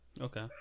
okay